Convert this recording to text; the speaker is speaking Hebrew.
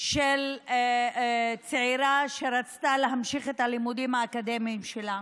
של צעירה שרצתה להמשיך את הלימודים האקדמיים שלה.